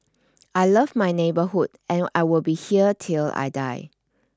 I love my neighbourhood and I will be here till I die